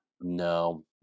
No